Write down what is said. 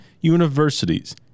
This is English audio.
universities